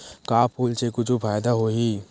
का फूल से कुछु फ़ायदा होही?